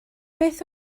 beth